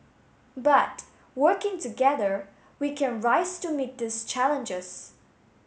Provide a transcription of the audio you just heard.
but working together we can rise to meet these challenges